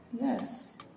Yes